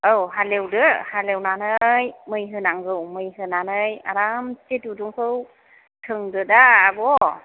औ हालेवदो हालेवनानै मै होनांगौ मै होनानै आरामसे दुरुंखौ सोंदो दा आब'